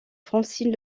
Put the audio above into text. francine